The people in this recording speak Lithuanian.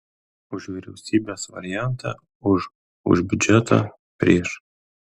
už vyriausybės variantą už už biudžeto prieš